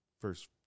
first